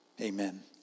Amen